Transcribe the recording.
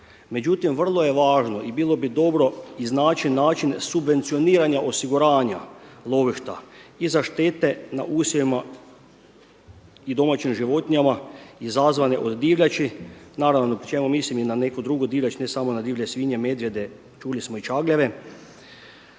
Međutim, vrlo je važno i bilo bi dobro iznaći način subvencioniranja osiguranja lovišta i za štete na usjevima i domaćim životinjama izazvane od divljači, naravno pri čemu mislim i na neku drugu divljač ne samo na divlje svinje, medvjede čuli smo i čagljeve.